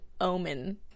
omen